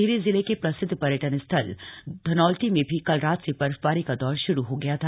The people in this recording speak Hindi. टिहरी जिले के प्रसिद्ध पर्यटन स्थल धनौल्टी में भी कल रात से बर्फबारी का दौर शुरू हो गया था